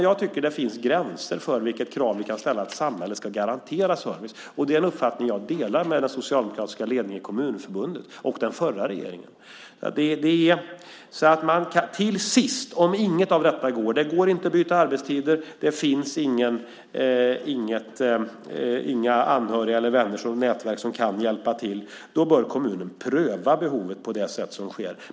Jag tycker att det finns gränser för vilka krav vi kan ställa på att samhället ska garantera service. Det är en uppfattning jag delar med den socialdemokratiska ledningen i Kommunförbundet och den förra regeringen. Till sist, om inget av detta går, om det inte går att byta arbetstider och det inte finns några anhöriga, vänner eller nätverk som kan hjälpa till bör kommunen pröva behovet på det sätt som sker.